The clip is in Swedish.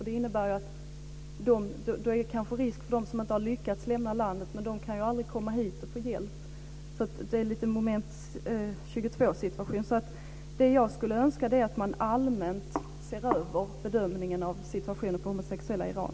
Det är då kanske risk för dem som inte har lyckats lämna landet, men de kan ju aldrig komma hit och få hjälp. Det är något av en moment 22-situation. Det jag skulle önska är att man allmänt ser över bedömningen av situationen för homosexuella i Iran.